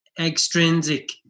extrinsic